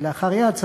כלאחר יד,